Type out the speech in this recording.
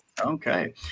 Okay